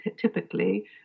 typically